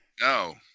No